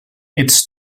its